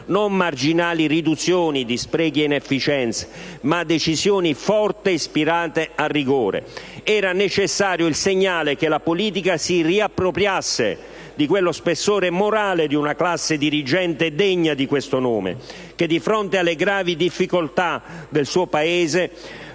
Non marginali riduzioni di sprechi e inefficienze, ma decisioni forti e ispirate al rigore: sarebbe stato necessario il segnale che la politica si riappropriasse dello spessore morale di una classe dirigente degna di questo nome, che, di fronte alle gravi difficoltà del suo Paese,